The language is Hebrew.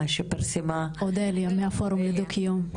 שפרסמה --- אודליה מהפורום דו קיום.